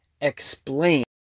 explain